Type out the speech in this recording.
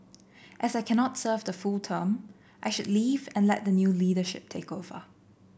as I cannot serve the full term I should leave and let the new leadership take over